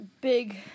big